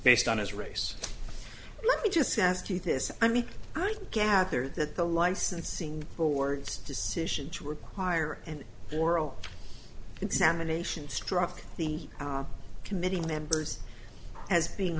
based on his race let me just ask you this i mean i'd gather that the licensing boards decision to require an oral examination struck the committee members as being